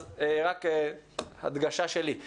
היה לי חשוב להגיד את זה.